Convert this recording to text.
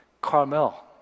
Carmel